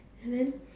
and then